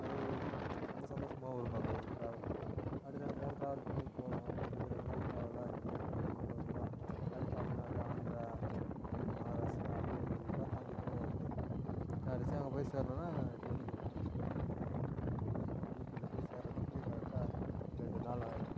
அது ரொம்ப சந்தோஷமாகவும் இருக்கும் அந்த ஒரு ட்ராவல் அப்படியே ரெண்டு நாள் ட்ராவல் பண்ணி போவோம் இங்கிருந்து ரெண்டு நாள் ட்ராவலாக இங்கிருந்து போய் ஒரு ஒரு ஊராக அப்படியே தமிழ்நாடு ஆந்திரா மஹாராஷ்ட்ரா அப்படியே ஒரு ஒரு ஊராக தாண்டி போவோம் அப்படியே கடைசியாக அங்கே போய் சேரணுன்னா டெல்லிக்கு போய்விடுவோம் டெல்லிக்கு போய் அந்த யூபி யூபியில் போய் சேர்றத்துக்கு கரெட்டாக ரெண்டுநாள் ஆகிடும்